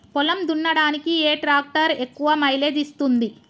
పొలం దున్నడానికి ఏ ట్రాక్టర్ ఎక్కువ మైలేజ్ ఇస్తుంది?